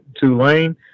Tulane